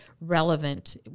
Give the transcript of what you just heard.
relevant